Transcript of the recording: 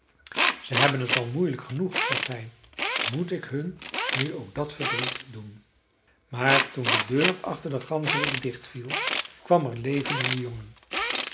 ze hebben het al moeielijk genoeg dacht hij moet ik hun nu ook dat verdriet doen maar toen de deur achter den ganzerik dichtviel kwam er leven in den jongen